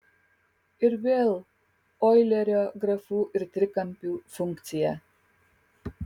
ir vėl oilerio grafų ir trikampių funkcija